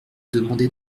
demander